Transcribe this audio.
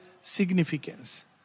significance